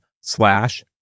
slash